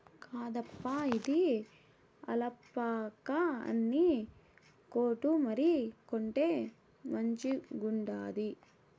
కాదప్పా, ఇది ఆల్పాకా ఉన్ని కోటు మరి, కొంటే మంచిగుండాది